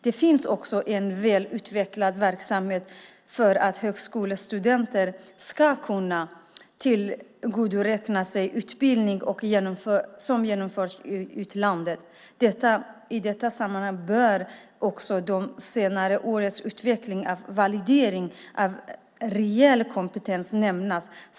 Det finns också en väl utvecklad verksamhet för att högskolestudenter ska kunna tillgodoräkna sig utbildning som genomförts i utlandet. I detta sammanhang bör också de senare årens utveckling av validering av reell kompetens nämnas.